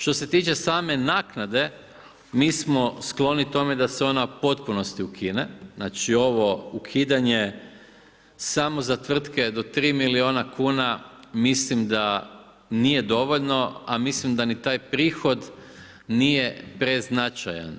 Što se tiče same naknade mi smo skloni tome da se ona u potpunosti ukine, znači ovo ukidanje samo za tvrtke do 3 milijuna kuna mislim da nije dovoljno a mislim da ni taj prihod nije preznačajan.